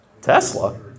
Tesla